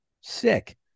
Sick